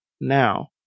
Now